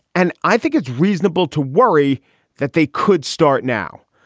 and i think it's reasonable to worry that they could start now.